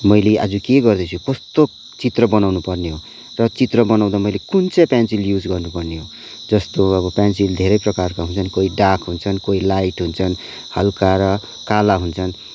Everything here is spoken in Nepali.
मैले आज के गर्दैछु कस्तो चित्र बनाउनुपर्ने हो र चित्र बनाउँदा मैले कुन चाहिँ पेन्सिल युज गर्नुपर्ने हो जस्तो अब पेन्सिल धेरै प्रकारको हुन्छ नि कोही डार्क हुन्छन् कोही लाइट हुन्छन् हल्का र काला हुन्छन्